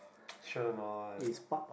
sure or not